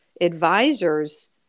advisors